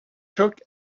took